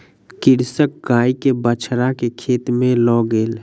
कृषक गाय के बछड़ा के खेत में लअ गेल